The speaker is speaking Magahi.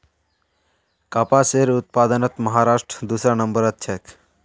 कपासेर उत्पादनत महाराष्ट्र दूसरा नंबरत छेक